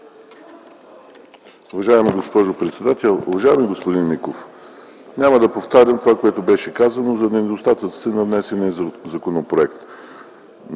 уважаема госпожо председател. Уважаеми господин Миков, няма да повтарям това, което беше казано за недостатъците на внесения законопроект.